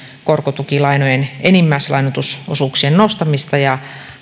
korkotukilainojen enimmäislainoitusosuuksien nostamista ja